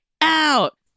out